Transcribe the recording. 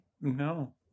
no